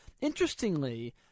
Interestingly